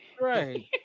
right